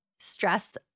Stress